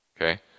okay